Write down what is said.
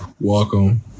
Welcome